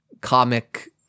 comic